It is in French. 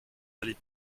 allez